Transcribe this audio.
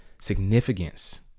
significance